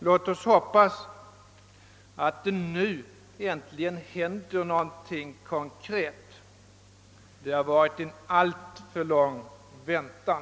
Låt oss hoppas att det nu äntligen händer någonting konkret. Det har varit en alltför lång väntan.